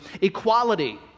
equality